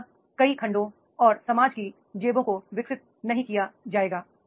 अन्यथा कई खंडों और समाज की जेबों को विकसित नहीं किया जाएगा